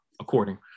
according